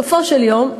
ובסופו של יום,